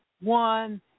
one